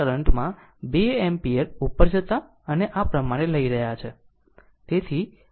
તેથી આ કરંટ માં બે એમ્પીયર ઉપર જતા અને આ પ્રમાણે લઈ રહ્યા છે